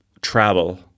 travel